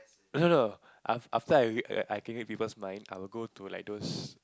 no no af~ after I I can read people's mind I will go to like those